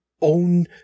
own